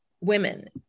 women